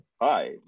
Hi